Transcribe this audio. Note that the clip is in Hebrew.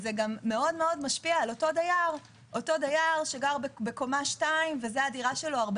שזה משפיע מאוד גם על אותו דייר שגר בקומה שניה וזו הדירה שלו 40